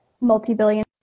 multi-billion